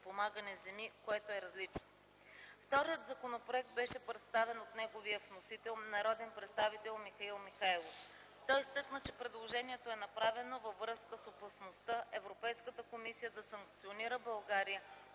подпомагане земи, което е различно. Вторият законопроект беше представен от неговия вносител народният представител Михаил Михайлов. Той изтъкна, че предложението е направено във връзка с опасността Европейската комисия да санкционира България